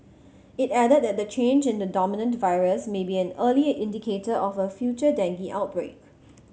it added that the change in the dominant virus may be an early indicator of a future dengue outbreak